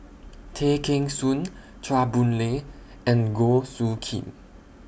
Tay Kheng Soon Chua Boon Lay and Goh Soo Khim